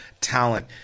talent